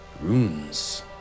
runes